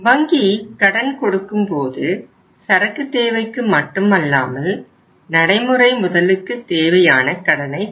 வங்கி கடன் கொடுக்கும்போது சரக்கு தேவைக்கு மட்டுமல்லாமல் நடைமுறைக்கு முதலுக்கு தேவையான கடனைத் தரும்